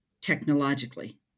technologically